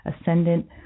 ascendant